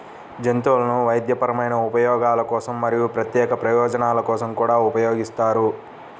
జంతువులను వైద్యపరమైన ఉపయోగాల కోసం మరియు ప్రత్యేక ప్రయోజనాల కోసం కూడా ఉపయోగిస్తారు